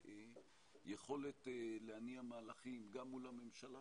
ויכולת להניע מהלכים גם מול הממשלה,